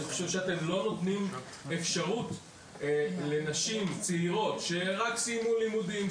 אני חושב שאתם לא נותנים אפשרות לנשים צעירות שרק סיימו לימודים,